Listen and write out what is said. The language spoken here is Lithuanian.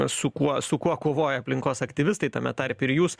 su kuo su kuo kovoja aplinkos aktyvistai tame tarpe ir jūs